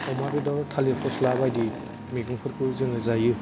अमा बेदर थालिर फस्ला बायदि मैगंफोरखौ जोङो जायो